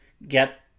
get